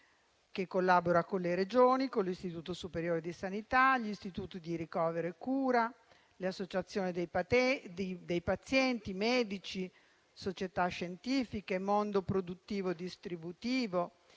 che collabora con le Regioni, con l'Istituto superiore di sanità, gli istituti di ricovero e cura, le associazioni dei pazienti e dei medici, società scientifiche, mondo produttivo, distributivo